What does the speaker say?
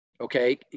okay